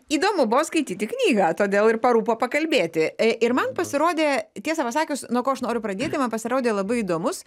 įdomu buvo skaityti knygą todėl ir parūpo pakalbėti ir man pasirodė tiesą pasakius nuo ko aš noriu pradėti man pasirodė labai įdomus